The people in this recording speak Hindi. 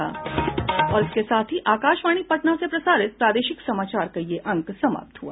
इसके साथ ही आकाशवाणी पटना से प्रसारित प्रादेशिक समाचार का ये अंक समाप्त हुआ